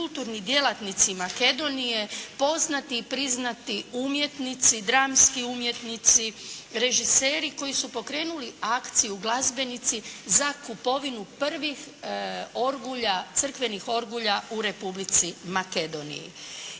kulturni djelatnici Makedonije, poznati i priznati umjetnici, dramski umjetnici, režiseri koji su pokrenuli akciju, glazbenici za kupovinu prvih orgulja, crkvenih orgulja u Republici Makedoniji.